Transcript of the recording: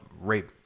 rape